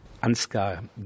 Ansgar